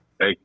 Hey